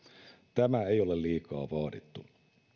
tämä ei ole liikaa vaadittu